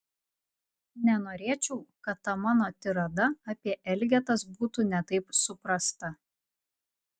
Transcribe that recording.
nenorėčiau kad ta mano tirada apie elgetas būtų ne taip suprasta